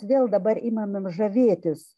todėl dabar imame žavėtis